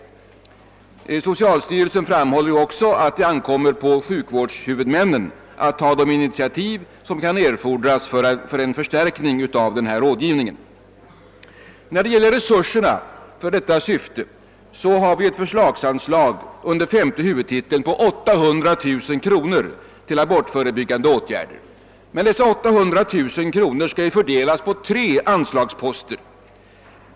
Socialstyrelsen framhåller också att det ankommer på sjukvårdshuvudmännen att ta de initiativ som kan erfordras för en förstärkning av denna rådgivning. Vad beträffar resurserna finns det under femte huvudtiteln ett förslagsanslag på 800 000 kronor till abortförebyggande åtgärder. Men dessa 800 000 kronor skall fördelas på tre anslagsposter.